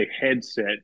headset